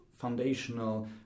foundational